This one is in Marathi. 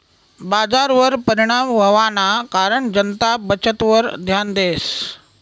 बजारवर परिणाम व्हवाना कारण जनता बचतवर ध्यान देस